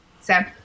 Sam